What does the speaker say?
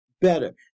better